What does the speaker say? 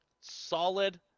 solid